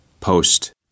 Post